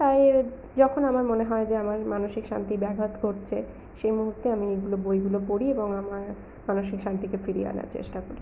তাই যখন আমার মনে হয় যে আমার মানসিক শান্তি ব্যাঘাত ঘটছে সেই মুহূর্তে আমি এইগুলো বইগুলো পড়ি এবং আমার মানসিক শান্তিকে ফিরিয়ে আনার চেষ্টা করি